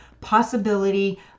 possibility